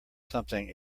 something